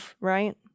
Right